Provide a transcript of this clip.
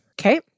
Okay